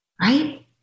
right